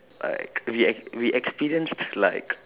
like we ex we experienced like